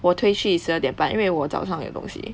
我只可以去十二点半因为我早上有东西